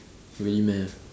really meh